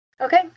Okay